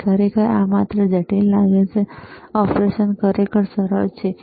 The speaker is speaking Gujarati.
ખરેખર તે માત્ર જટિલ લાગે છે ઓપરેશન ખરેખર સરળ છે બરાબર